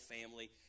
family